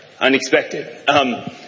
unexpected